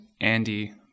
andy